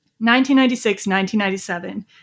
1996-1997